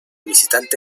visitante